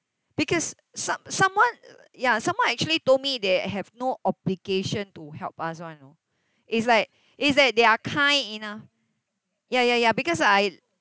because some someone ya someone actually told me they have no obligation to help us [one] you know it's like is that they are kind enough ya ya ya because I